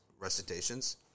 recitations